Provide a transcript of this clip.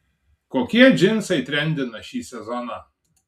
kokie džinsai trendina šį sezoną